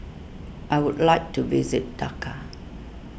I would like to visit Dhaka